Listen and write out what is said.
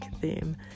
theme